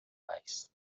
paz